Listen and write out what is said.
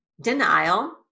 denial